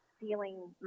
feeling